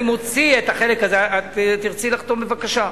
אני מוציא את החלק הזה, ואם תרצי לחתום, בבקשה.